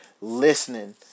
listening